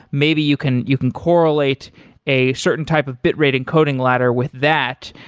maybe you can you can correlate a certain type of bitrate encoding ladder with that.